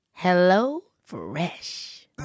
HelloFresh